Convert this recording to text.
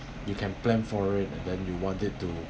you can plan for it and then you want it to